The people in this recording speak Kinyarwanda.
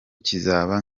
kizaba